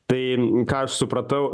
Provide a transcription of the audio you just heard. tai ką aš supratau